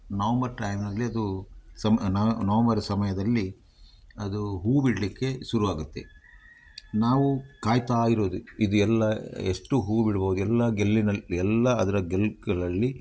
November ಟೈಮಿನಲ್ಲಿ ಅದು ಸಮ ನವಂಬರ್ ಸಮಯದಲ್ಲಿ ಅದು ಹೂ ಬಿಡಲಿಕ್ಕೆ ಶುರು ಆಗುತ್ತೆ ನಾವು ಕಾಯ್ತಾ ಇರೋದು ಇದು ಎಲ್ಲ ಎಷ್ಟು ಹೂ ಬಿಡ್ಬೋದು ಎಲ್ಲ ಗೆಲ್ಲಿನಲ್ಲಿ ಎಲ್ಲ ಅದರ ಗೆಲ್ಲುಗಳಲ್ಲಿ